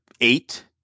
eight